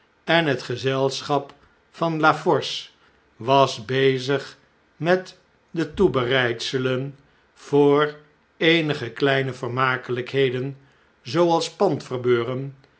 en het gezelschap van la force was bezig met de toebereidselen voor eenige kleine vermakelijkheden zooals